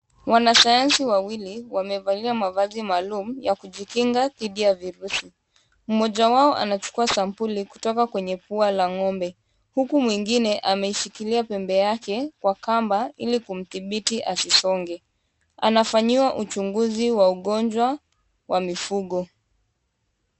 Wanasanyansi wawili wamevalia mavazi maalum ya kujikinga dhidi ya virusi. Mmoja wao anachukua sampuli kutoka kwenye pua la ng'ombe huku mwingine ameishikilia pembe yake kwa kamba ili kumdhibiti asisonge. Anafanyiwa uchunguzi wa ugonjwa wa mifugo.